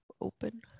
open